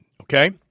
okay